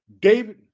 David